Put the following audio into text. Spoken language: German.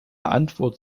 antwort